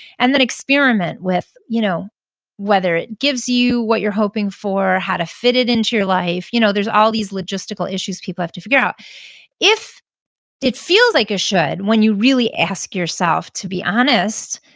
and then experiment with you know whether it gives you what you're hoping for, how to fit it into your life. you know there's all these logistical issues people have to figure out if it feels like a should when you really ask yourself to be honest,